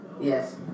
Yes